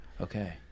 Okay